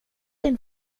din